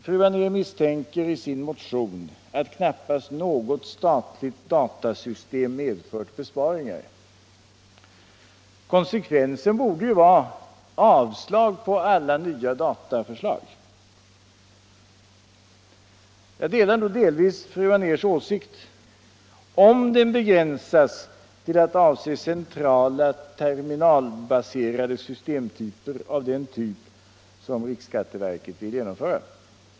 Fru Anér misstänker i sin motion att knappast något statligt datasystem medfört besparingar. Konsekvensen borde ju vara avslag på alla nya dataförslag. Jag delar nog delvis fru Anérs åsikt, om den begränsas till att avse centrala terminalbaserade system av samma typ som det riksskatteverket vill genomföra.